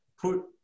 put